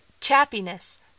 Chappiness